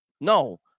No